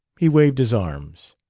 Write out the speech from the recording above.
he waved his arms.